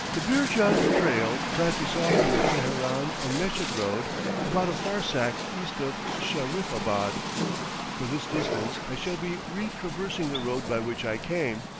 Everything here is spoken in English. the beerjand trail branches off from the teheran and meshed road about a farsakh east of shahriffabad for this distance i shall be retraversing the road by which i came,